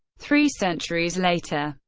three centuries later,